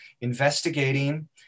investigating